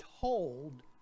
told